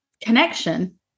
connection